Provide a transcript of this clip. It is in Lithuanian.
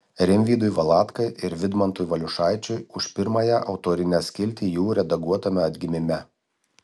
rimvydui valatkai ir vidmantui valiušaičiui už pirmąją autorinę skiltį jų redaguotame atgimime